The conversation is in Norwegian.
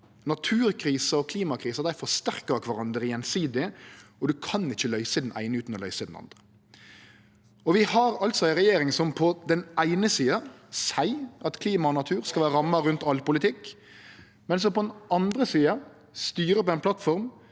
Naturkrisa og klimakrisa forsterkar kvarandre gjensidig, og ein kan ikkje løyse den eine utan å løyse den andre. Vi har altså ei regjering som på den eine sida seier at klima og natur skal vere ramma rundt all politikk, men som på den andre sida styrer på ein plattform